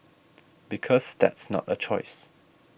because that's not a choice